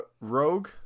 Rogue